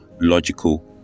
logical